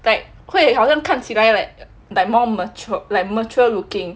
like 会好像看起来 like more mature like mature looking